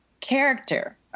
character